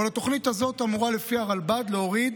אבל התוכנית הזאת אמורה לפי הרלב"ד להוריד